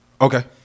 Okay